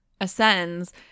ascends